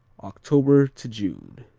october to june.